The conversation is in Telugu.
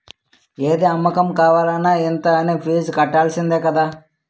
ఏది అమ్మకం కావాలన్న ఇంత అనీ ఫీజు కట్టాల్సిందే కదా